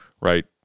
right